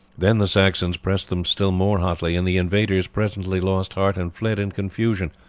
then the saxons pressed them still more hotly, and the invaders presently lost heart and fled in confusion,